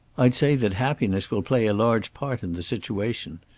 i'd say that happiness will play a large part in the situation.